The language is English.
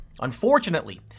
Unfortunately